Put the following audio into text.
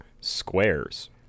squares